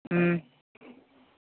ꯎꯝ